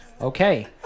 Okay